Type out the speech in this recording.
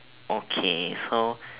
okay so